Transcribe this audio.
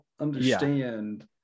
understand